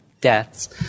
deaths